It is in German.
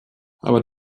aber